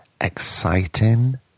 Exciting